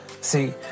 See